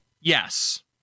Yes